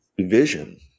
vision